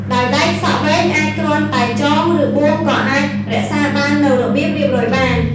ដោយឡែក សក់វែងអាចគ្រាន់តែចង ឬបួងក៏អាចរក្សាបាននូវរបៀបរៀបរយបាន។